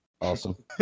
Awesome